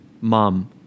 mom